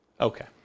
Okay